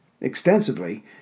Extensively